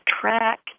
track